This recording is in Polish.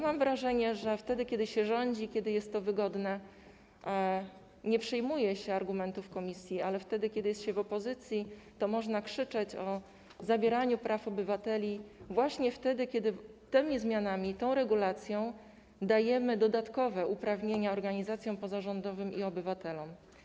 Mam wrażenie, że wtedy kiedy się rządzi, kiedy jest to wygodne, nie przyjmuje się argumentów Komisji, ale wtedy kiedy jest się w opozycji, to można krzyczeć o zabieraniu praw obywateli właśnie wtedy, kiedy tymi zmianami, tą regulacją dajemy dodatkowe uprawnienia organizacjom pozarządowym i obywatelom.